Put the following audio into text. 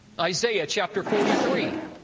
isaiah, chapter forty three,